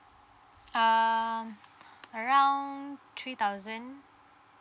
err around three thousand